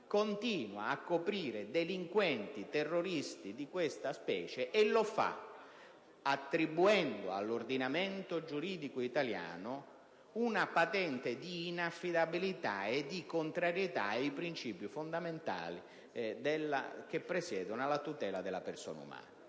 continua a coprire delinquenti e terroristi di questa specie, attribuendo all'ordinamento giuridico italiano una patente di inaffidabilità e contrarietà ai princìpi fondamentali che presiedono alla tutela della persona umana.